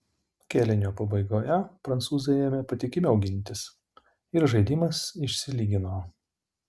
kėlinio pabaigoje prancūzai ėmė patikimiau gintis ir žaidimas išsilygino